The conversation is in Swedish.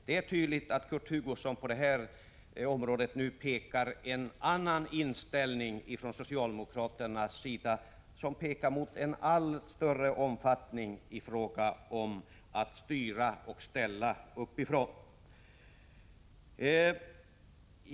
Det är tydligt att Kurt Hugosson på det här området för fram en annan inställning från socialdemokraternas sida som pekar mot att man i allt större utsträckning styr och ställer uppifrån.